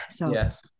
Yes